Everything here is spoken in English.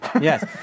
Yes